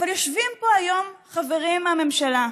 אבל יושבים פה היום חברים מהממשלה,